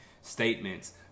statements